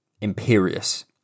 imperious